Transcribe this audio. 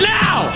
now